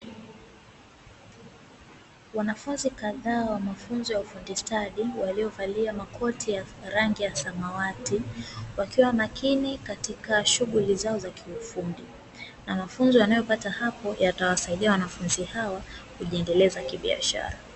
Wanafunzi kadhaa wa mafunzo ya ufundi stadi waliovalia makoti ya rangi ya samawati wakiwa makini katika shunguli zao za kiufundi . Na mafunzo wanayopata hapo yatawasaidia wanafunzi hawa kujiendeleza kibiashara .